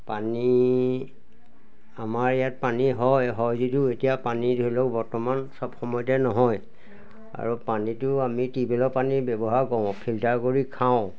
পানী আমাৰ ইয়াত পানী হয় হয় যদিও এতিয়া পানী ধৰি লওক বৰ্তমান চব সময়তে নহয় আৰু পানীটো আমি টিউৱ বেলৰ পানী ব্যৱহাৰ কৰোঁ ফিল্টাৰ কৰি খাওঁ